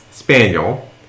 Spaniel